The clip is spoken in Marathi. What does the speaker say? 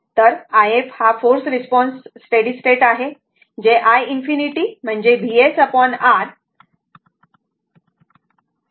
तर if हा फोर्स रिस्पॉन्स स्टेडी स्टेट आहे जे iinfinity म्हणजे VsR आहे